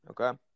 Okay